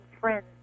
friends